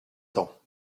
temps